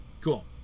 Cool